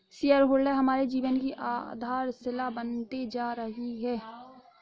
share holder हमारे जीवन की आधारशिला बनते जा रही है